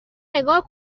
نگاه